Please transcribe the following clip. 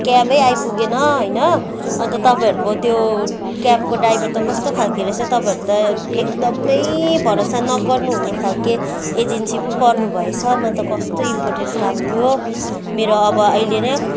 क्याबै आइपुगेन होइन अन्त तपाईँहरूको त्यो क्याबको ड्राइभर त कस्तो खालको रहेछ तपाईँहरू त एकदमै भरोसा नगर्नु हुने खालको एजिन्सी पो पर्नु भएछ मलाई त कस्तो इम्पोर्टेन्ट काम थियो मेरो अब अहिले नै